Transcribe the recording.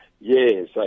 Yes